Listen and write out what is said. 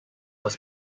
was